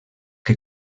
que